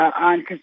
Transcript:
on